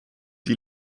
die